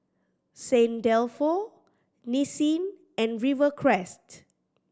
Saint Dalfour Nissin and Rivercrest